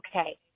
okay